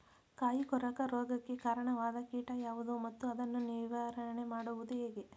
ಕಾಯಿ ಕೊರಕ ರೋಗಕ್ಕೆ ಕಾರಣವಾದ ಕೀಟ ಯಾವುದು ಮತ್ತು ಅದನ್ನು ನಿವಾರಣೆ ಮಾಡುವುದು ಹೇಗೆ?